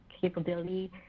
capability